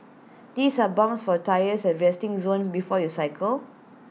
these are pumps for tyres at the resting zone before you cycle